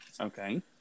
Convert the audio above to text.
Okay